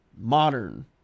modern